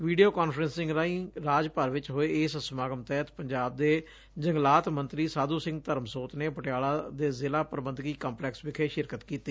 video conferencing ਰਾਹੀ ਰਾਜ ਭਰ ਚ ਹੋਏ ਇਸ ਸਮਾਗਮ ਤਹਿਤ ਪੰਜਾਬ ਦੇ ਜੰਗਲਾਤ ਮੰਤਰੀ ਸਾਧੁ ਸਿੰਘ ਧਰਮਸੋਤ ਨੇ ਪਟਿਆਲਾ ਦੇ ਜ਼ਿਲਾ ਪੁਬੰਧਕੀ ਕੰਪਲੈਕਸ ਵਿਖੇ ਸ਼ਿਰਕਤ ਕੀਤੀ